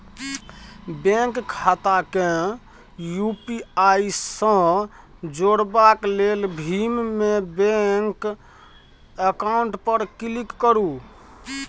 bank खाता केँ UPI सँ जोरबाक लेल भीम मे बैंक अकाउंट पर क्लिक करु